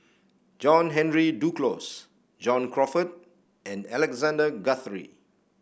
John Henry Duclos John Crawfurd and Alexander Guthrie